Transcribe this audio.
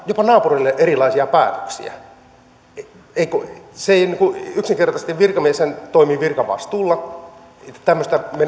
jopa naapureille erilaisia päätöksiä se ei yksinkertaisesti virkamieshän toimii virkavastuulla joten tämmöistä